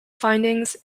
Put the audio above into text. findings